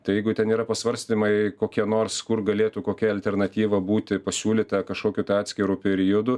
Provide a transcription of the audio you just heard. tai jeigu ten yra pasvarstymai kokie nors kur galėtų kokia alternatyva būti pasiūlyta kažkokiu tai atskiru periodu